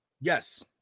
Yes